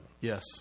Yes